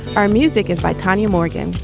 our music is by tanya morgan.